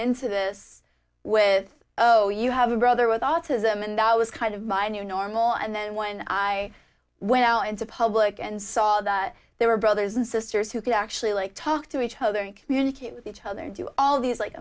into this with oh you have a brother with autism and i was kind of my new normal and then when i went out into public and saw that they were brothers and sisters who could actually like talk to each other and communicate with each other do all these like